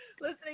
listening